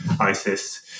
ISIS